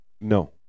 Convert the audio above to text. No